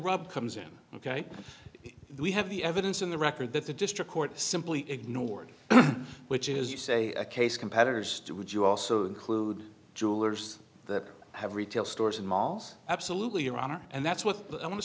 rub comes in ok we have the evidence in the record that the district court simply ignored which is you say a case competitors to would you also include jewelers that have retail stores and malls absolutely your honor and that's what i want to